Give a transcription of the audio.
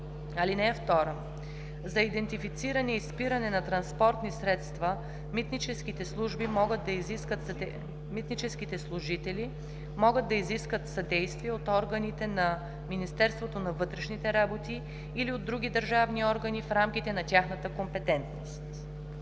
1 и 2. (2) За идентифициране и спиране на транспортни средства митническите служители могат да изискат съдействие от органите на Министерството на вътрешните работи или от други държавни органи в рамките на тяхната компетентност.